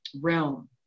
realm